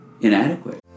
inadequate